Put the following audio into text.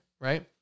right